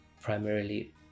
primarily